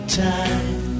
time